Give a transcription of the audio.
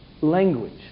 language